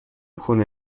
خونه